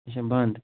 اَچھا بَنٛد